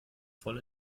voll